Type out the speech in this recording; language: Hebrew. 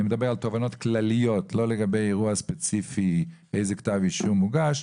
אני מדבר על תובנות כלליות ולא על אירוע ספציפי של איזה כתב אישום הוגש.